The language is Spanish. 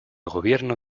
gobierno